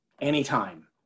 anytime